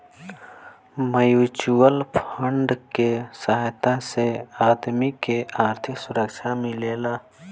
mutual fund के सहायता से आदमी के आर्थिक सुरक्षा मिलेला